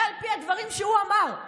זה על פי הדברים שהוא אמר.